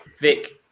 Vic